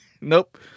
nope